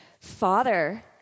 Father